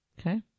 Okay